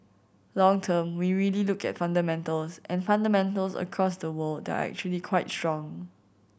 long term we really look at fundamentals and fundamentals across the world are actually quite strong